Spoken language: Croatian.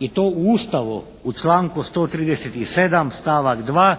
i to u Ustavu u članku 137. stavak 2.